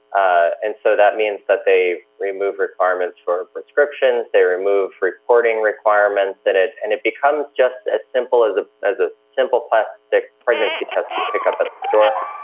ah and so that means that they remove requirements for prescriptions, they remove reporting requirements that and it and it becomes just as simple as a as a simple plastic pregnancy test you pick up at the store.